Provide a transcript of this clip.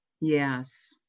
Yes